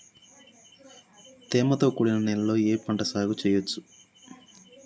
తేమతో కూడిన నేలలో ఏ పంట సాగు చేయచ్చు?